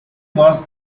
was